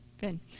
good